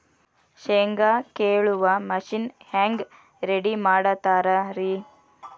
ಶೇಂಗಾ ಕೇಳುವ ಮಿಷನ್ ಹೆಂಗ್ ರೆಡಿ ಮಾಡತಾರ ರಿ?